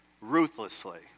Ruthlessly